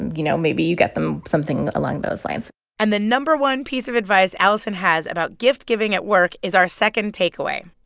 you know, maybe you get them something along those lines and the no. one piece of advice alison has about gift-giving at work is our second takeaway.